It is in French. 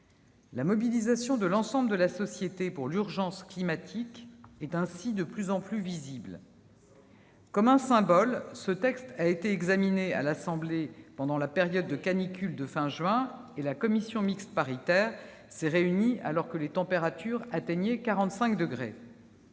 La mobilisation de l'ensemble de la société pour l'urgence climatique est de plus en plus visible. Comme un symbole, ce texte a été examiné à l'Assemblée nationale pendant la période de canicule de la fin du mois de juin, et la commission mixte paritaire s'est réunie alors que les températures atteignaient 45 degrés.